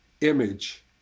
image